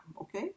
Okay